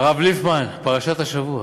הרב ליפמן, פרשת השבוע.